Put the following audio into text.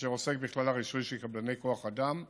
אשר עוסק בכללי הרישוי של קבלני כוח אדם ושירות,